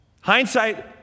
hindsight